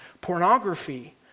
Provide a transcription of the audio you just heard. pornography